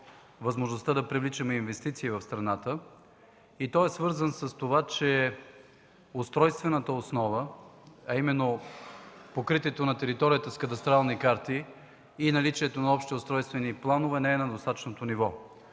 възможността да привличаме инвестиции в страната. Той е свързан с това, че устройствената основа, а именно покритието на територията с кадастрални карти и наличието на общи устройствени планове не е на достатъчно ниво.